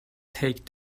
take